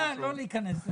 לא להיכנס לזה.